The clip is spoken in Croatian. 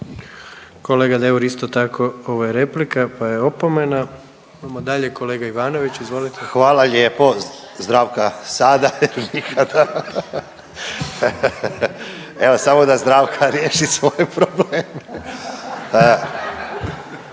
Kolega Deur isto tako ovo je replika pa je opomena. Idemo dalje kolega Ivanović izvolite. **Ivanović, Goran (HDZ)** Hvala lijepo. Zdravka sada i nikada, evo samo da Zdravka riješi svoje probleme.